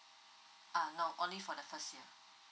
ah no only for the first year